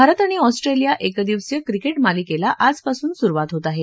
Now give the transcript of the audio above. भारत आणि ऑस्ट्रेलिया एकदिवसीय क्रिकेट मालिकेला आजपासून सुरूवात होत आहे